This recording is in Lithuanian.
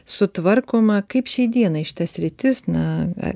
sutvarkoma kaip šiai dienai šita sritis na